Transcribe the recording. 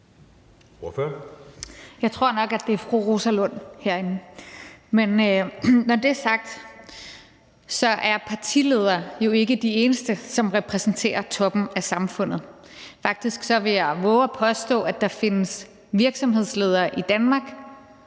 Jeg tror nok, at det er fru Rosa Lund herinde! Men når det er sagt, er partiledere jo ikke de eneste, som repræsenterer toppen af samfundet. Faktisk vil jeg vove at påstå, at der findes virksomhedsledere i Danmark,